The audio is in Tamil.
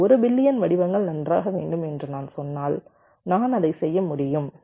எனக்கு 1 பில்லியன் வடிவங்கள் நன்றாக வேண்டும் என்று நான் சொன்னால் நான் அதை செய்ய முடியும்